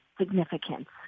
significance